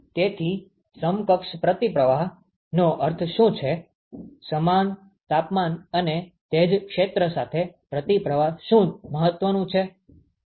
તેથી સમકક્ષ પ્રતિપ્રવાહનો અર્થ શું છે સમાન તાપમાન અને તે જ ક્ષેત્ર સાથે પ્રતિપ્રવાહ જે ખૂબ મહત્વનું છે